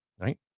right